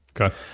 Okay